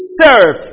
serve